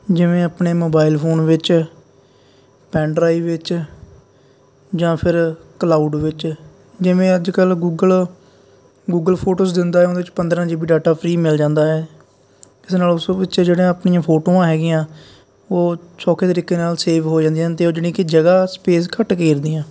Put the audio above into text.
ਜਿਵੇਂ ਆਪਣੇ mobile phone ਵਿੱਚ ਪੈਨ ਡਰਾਈਵ ਵਿੱਚ ਜਾਂ ਫਿਰ ਕਲਾਊਡ ਵਿੱਚ ਜਿਵੇਂ ਅੱਜ ਕੱਲ੍ਹ ਗੂਗਲ ਗੂਗਲ ਫੋਟੋਜ ਦਿੰਦਾ ਉਹਦੇ ਵਿੱਚ ਪੰਦਰਾਂ ਜੀ ਬੀ ਡਾਟਾ ਫਰੀ ਮਿਲ ਜਾਂਦਾ ਹੈ ਇਸ ਨਾਲ ਉਸ ਵਿੱਚ ਜਿਹੜੀਆਂ ਆਪਣੀਆਂ ਫੋਟੋਆਂ ਹੈਗੀਆਂ ਉਹ ਸੌਖੇ ਤਰੀਕੇ ਨਾਲ ਸੇਵ ਹੋ ਜਾਂਦੀਆਂ ਹਨ ਅਤੇ ਉਹ ਯਾਨੀ ਕਿ ਜਗ੍ਹਾ ਸਪੇਸ ਘੱਟ ਘੇਰਦੀਆਂ